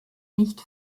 nicht